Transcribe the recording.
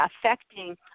affecting